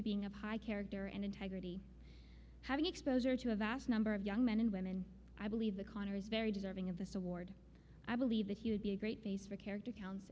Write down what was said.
to being of high character and integrity having exposure to a vast number of young men and women i believe the connor is very deserving of this award i believe that he would be a great base for character counts